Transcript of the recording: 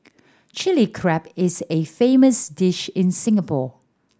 Chilli Crab is a famous dish in Singapore